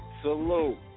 Salute